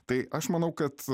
tai aš manau kad